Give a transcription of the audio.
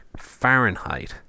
Fahrenheit